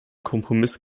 kompromiss